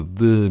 de